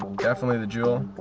definitely. the jaw